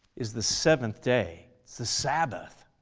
is the seventh day. it's the sabbath.